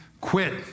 quit